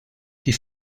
die